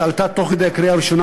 שעלתה תוך כדי הקריאה הראשונה,